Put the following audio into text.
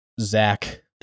Zach